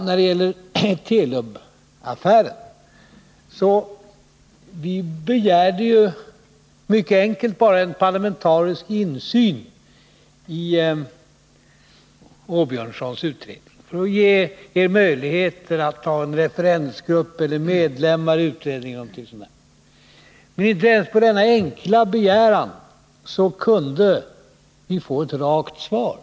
När det gäller Telubaffären begärde vi ju mycket enkelt bara en parlamentarisk insyn i Åbjörnssons utredning för att ge er möjligheten att tillsätta en referensgrupp eller medlemmar i utredningen. Men inte ens på denna enkla begäran kunde vi få ett rakt svar.